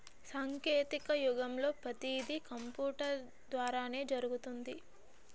సాంకేతిక యుగంలో పతీది కంపూటరు ద్వారానే జరుగుతుంది